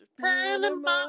Panama